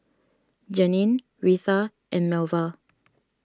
Janeen Retha and Melva